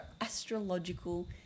astrological